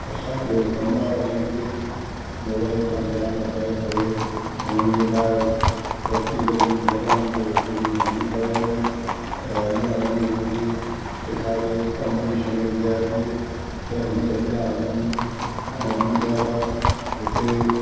असांजो कमु आहे हुननि खे मोबाइल तां ध्यानु हटाए करे हिननि खे ॿाहिरि प्रेक्टिकली मैदान ते वठी वञी करे रांदियूं कराइजनि ऐं अॻियां हली हुननि खे सेखारे कॉम्पटीशन में वीहारिजे त ई अॻियां हुननि जूं ऐं ॿी ॻाल्हि आहे हिते